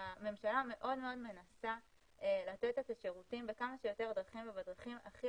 הממשלה מאוד מנסה לתת את השירותים בכמה שיותר דרכים ובדרכים הכי